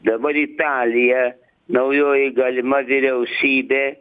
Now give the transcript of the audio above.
dabar italija naujoji galima vyriausybė